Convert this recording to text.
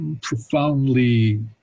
profoundly